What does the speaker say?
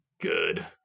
good